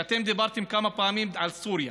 שאתם דיברתם כמה פעמים על סוריה.